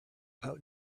about